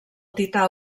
tità